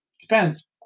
Depends